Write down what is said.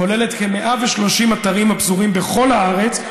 כוללת כ-130 אתרים הפזורים בכל הארץ,